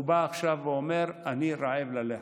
הוא בא עכשיו ואומר: אני רעב ללחם.